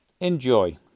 Enjoy